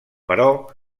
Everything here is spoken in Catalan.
però